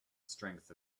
strength